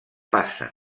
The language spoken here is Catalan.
passen